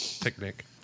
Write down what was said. picnic